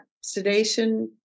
sedation